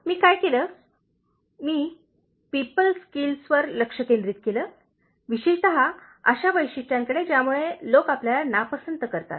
मी काय केले मी पीपल स्किल्सवर लक्ष केंद्रित केले विशेषत अशा वैशिष्ट्यांकडे ज्यामुळे लोक आपल्याला नापसंत करतात